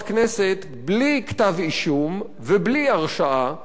בלי כתב אישום ובלי הרשעה בבית-משפט,